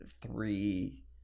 three